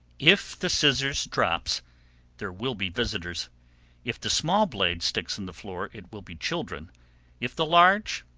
if the scissors drops there will be visitors if the small blade sticks in the floor it will be children if the large,